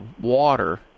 water